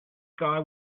sky